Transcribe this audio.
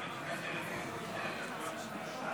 יואב קיש, בבקשה.